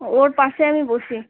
ওর পাশে আমি বসি